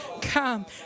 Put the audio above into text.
come